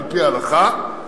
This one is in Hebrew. על-פי ההלכה,